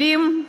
כלים,